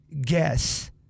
guess